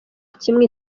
kimwe